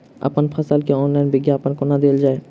अप्पन फसल केँ ऑनलाइन विज्ञापन कोना देल जाए?